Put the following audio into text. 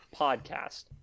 podcast